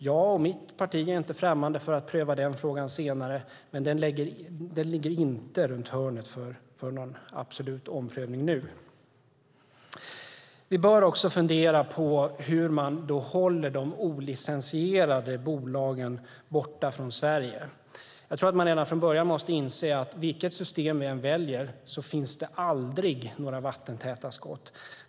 Jag och mitt parti är inte främmande för att pröva den frågan senare, men den ligger inte runt hörnet för en omprövning nu. Vi bör också fundera på hur man håller de olicensierade bolagen borta från Sverige. Man måste redan från början inse att vilket system vi än väljer finns det aldrig några vattentäta skott.